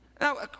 Now